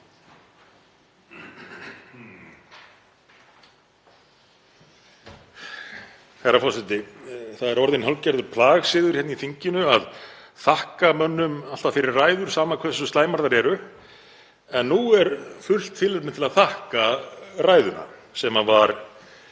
Það er orðinn hálfgerður plagsiður hér í þinginu að þakka mönnum alltaf fyrir ræður, sama hversu slæmar þær eru. En nú er fullt tilefni til að þakka ræðuna, sem var